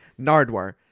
Nardwar